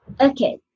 Okay